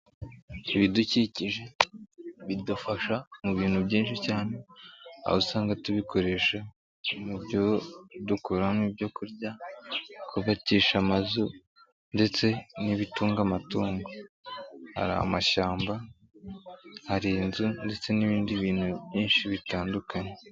Ibidukikije bidufasha mu bintu byinshi cyane, aho usanga tubikoresha mu byo dukuramo ibyo kurya , kubakisha amazu ndetse n'ibitunga amatungo; hari amashyamba, hari inzu ndetse n'ibindi bintu byinshi bitandukanye.